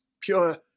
pure